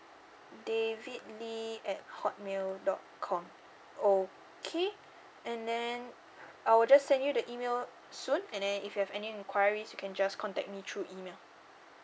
david lee at hotmail dot com okay and then I will just send you the email soon and then if you have any enquiries you can just contact me through email